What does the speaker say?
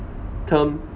term